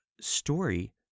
story